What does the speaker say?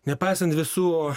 nepaisant visų